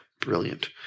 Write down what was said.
Brilliant